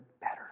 better